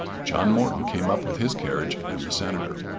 john morton came up with his carriage and the senator.